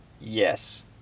Yes